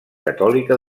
catòlica